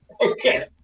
Okay